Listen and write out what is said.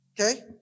okay